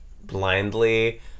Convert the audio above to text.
blindly